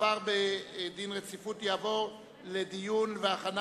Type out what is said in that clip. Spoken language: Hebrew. הוחל דין רציפות והיא תעבור לדיון והכנה